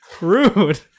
Rude